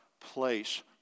place